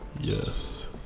Yes